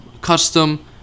custom